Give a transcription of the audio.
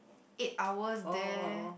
eight hours there